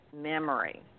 memory